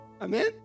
Amen